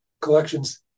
collections